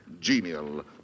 genial